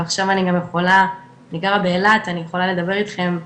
ועכשיו אם אני גרה באילת אני יכולה לדבר אתכם מהזום.